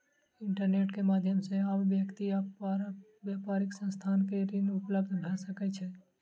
internet के माध्यम से आब व्यक्ति आ व्यापारिक संस्थान के ऋण उपलब्ध भ सकै छै